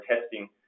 testing